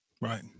Right